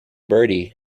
bertie